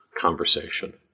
conversation